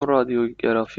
رادیوگرافی